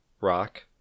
Rock